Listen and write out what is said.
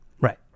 right